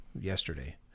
yesterday